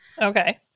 okay